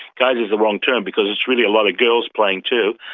guys is the wrong term because it's really a lot of girls playing too,